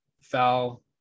foul